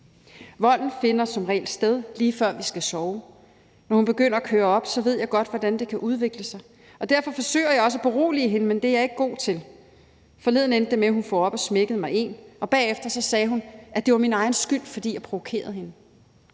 Volden finder som regel sted, lige før vi skal sove. Når hun begynder at køre op, ved jeg godt, hvordan det kan udvikle sig, og derfor forsøger jeg også at berolige hende, men det er jeg ikke god til. Forleden endte det med, at hun for op og smækkede mig en, og bagefter sagde hun, at det var min egen skyld, fordi jeg provokerede hende.